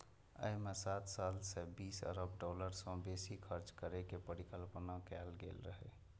अय मे सात साल मे बीस अरब डॉलर सं बेसी खर्च करै के परिकल्पना कैल गेल रहै